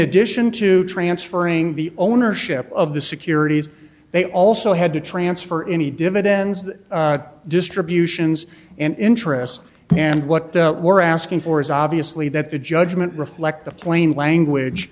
addition to transferring the ownership of the securities they also had to transfer any dividends distributions and interest and what they were asking for is obviously that the judgment reflect the plain language